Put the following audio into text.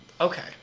Okay